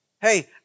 hey